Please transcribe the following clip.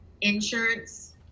insurance